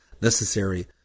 necessary